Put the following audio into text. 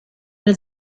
den